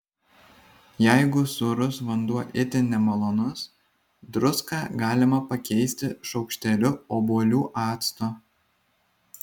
jeigu sūrus vanduo itin nemalonus druską galima pakeisti šaukšteliu obuolių acto